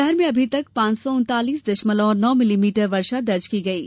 शहर में अभी तक पांच सौ उन्तालीस दशमलव नौ मिलीमीटर वर्षा दर्ज की गई है